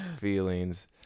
feelings